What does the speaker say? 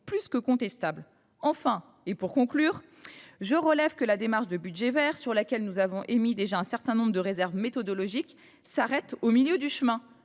plus que contestable. Pour conclure, je relève que la démarche de budget vert, sur laquelle nous avons déjà émis un certain nombre de réserves méthodologiques, s’arrête au milieu du chemin.